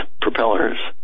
propellers